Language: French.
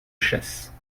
chasse